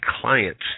clients